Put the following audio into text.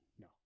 No